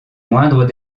moindres